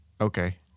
Okay